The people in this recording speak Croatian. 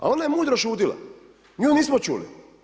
A ona je mudro šutila, nju nismo čuli.